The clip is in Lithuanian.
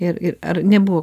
ir ir ar nebuvo